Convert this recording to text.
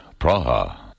Praha